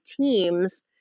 teams